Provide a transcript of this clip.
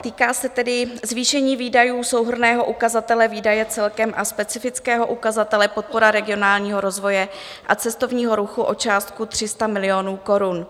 Týká se tedy zvýšení výdajů souhrnného ukazatele výdaje celkem a specifického ukazatele Podpora regionálního rozvoje a cestovního ruchu o částku 300 milionů korun.